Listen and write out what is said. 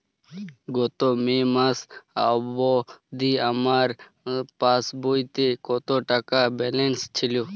গত মে মাস অবধি আমার পাসবইতে কত টাকা ব্যালেন্স ছিল?